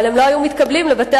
אבל הם לא היו מתקבלים לבתי-הספר